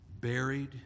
buried